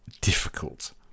difficult